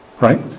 right